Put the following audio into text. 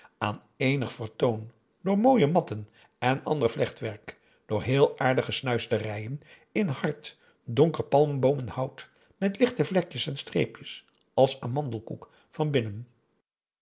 aan eenig vertoon door mooie matten en ander vlechtwerk door heel aardige snuisterijen in hard donker palmboomenhout met lichte vlekjes en streepjes als amandelkoek van binnen